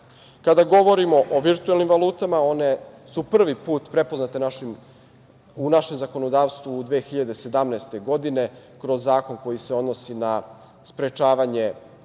govorimo o virtuelnim valutama, one su prvi put prepoznate u našem zakonodavstvu 2017. godine kroz zakon koji se odnosi na sprečavanje